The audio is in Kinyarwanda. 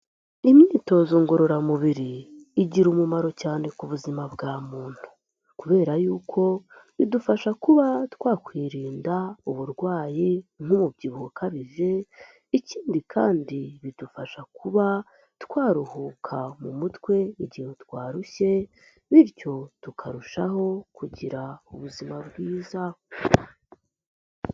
Imyitozo ngororamubiri igira umumaro cyane ku buzima bwa muntu kubera yuko bidufasha kuba twakwirinda uburwayi nk'umubyibuho ukabije ikindi kandi bidufasha kuba twaruhuka mu mutwe igihe twarushye bityo tukarushaho kugira ubuzima bwiza.